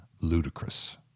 ludicrous